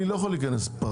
אני לא יכול להיכנס פרטנית.